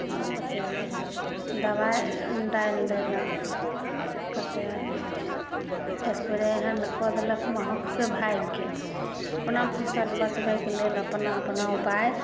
अपन अथी दवाइ डालि देलक कते स्प्रे एहन कऽ देलक महक से भागि गेल अपना फसल बचबैके लेल अपना अपना उपाय